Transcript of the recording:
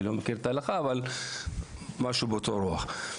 אני לא מכיר את ההלכה אבל משהו באותה רוח.